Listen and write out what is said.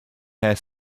her